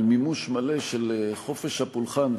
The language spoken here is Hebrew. על מימוש מלא של חופש הפולחן,